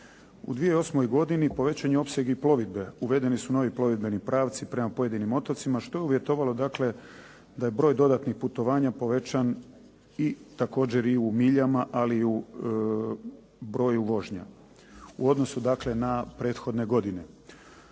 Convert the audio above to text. U 2008. godini povećan je opseg i plovidbe, uvedeni su novi plovidbeni pravci prema pojedinim otocima što je uvjetovalo da je broj dodatnih putovanja povećan i također i u miljama, ali i u broju vožnja u odnosu na prethodne godine.